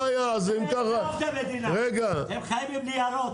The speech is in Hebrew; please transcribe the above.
עובדי מדינה הם חיים עם ניירות,